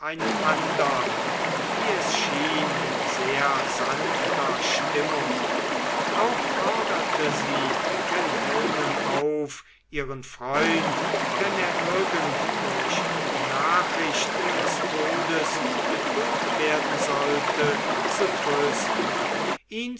andern wie es schien in sehr sanfter stimmung auch forderte sie wilhelmen auf ihren freund wenn er irgend durch die nachricht ihres todes betrübt werden sollte zu trösten ihn